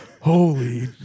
Holy